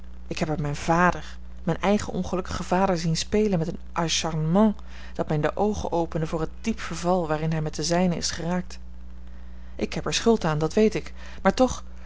ik heb er mijn vader mijn eigen ongelukkigen vader zien spelen met een acharnement dat mij de oogen opende voor het diep verval waarin hij met de zijnen is geraakt ik heb er schuld aan dat weet ik maar toch